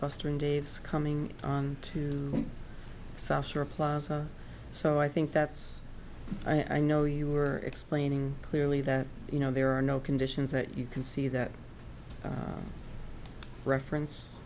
mustering dave's coming on to south shore plaza so i think that's i know you were explaining clearly that you know there are no conditions that you can see that reference